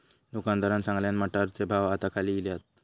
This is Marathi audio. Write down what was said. दुकानदारान सांगल्यान, मटारचे भाव आता खाली इले हात